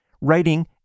writing